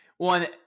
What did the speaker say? One